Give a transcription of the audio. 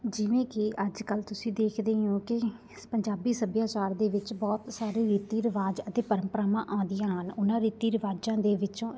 ਜਿਵੇਂ ਕਿ ਅੱਜ ਕੱਲ੍ਹ ਤੁਸੀਂ ਦੇਖਦੇ ਹੀ ਓਂ ਕਿ ਪੰਜਾਬੀ ਸੱਭਿਆਚਾਰ ਦੇ ਵਿੱਚ ਬਹੁਤ ਸਾਰੇ ਰੀਤੀ ਰਿਵਾਜ਼ ਅਤੇ ਪਰੰਪਰਾਵਾਂ ਆਉਂਦੀਆਂ ਹਨ ਉਹਨਾਂ ਰੀਤੀ ਰਿਵਾਜ਼ਾਂ ਦੇ ਵਿੱਚੋਂ